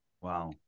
Wow